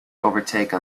overtake